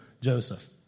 Joseph